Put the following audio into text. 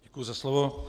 Děkuji za slovo.